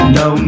no